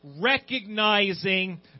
recognizing